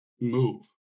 move